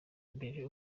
imbere